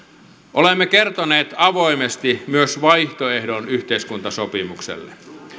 olemme kertoneet avoimesti myös vaihtoehdon yhteiskuntasopimukselle